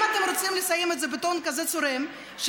אם אתם רוצים לסיים את זה בטון צורם כזה,